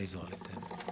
Izvolite.